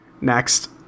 Next